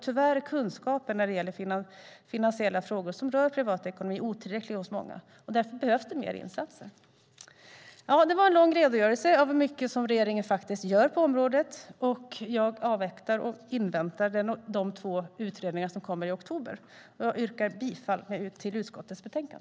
Tyvärr är kunskapen när det gäller finansiella frågor som rör privatekonomi otillräcklig hos många. Därför behövs det mer insatser. Det var en lång redogörelse för mycket av det som regeringen faktiskt gör på området. Jag avvaktar och inväntar de två utredningar som kommer i oktober och yrkar bifall till utskottets förslag.